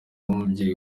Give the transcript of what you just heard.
nk’umubyeyi